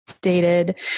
dated